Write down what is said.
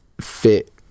fit